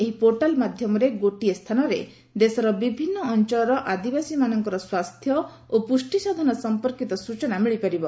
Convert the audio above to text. ଏହି ପୋର୍ଟାଲ ମାଧ୍ୟମରେ ଗୋଟିଏ ସ୍ଥାନରେ ଦେଶର ବିଭିନ୍ନ ଅଞ୍ଚଳର ଆଦିବାସୀମାନଙ୍କର ସ୍ୱାସ୍ଥ୍ୟ ଓ ପୁଷ୍ଟିସାଧନ ସଂପର୍କିତ ସୂଚନା ମିଳିପାରିବ